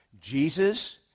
Jesus